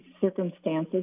circumstances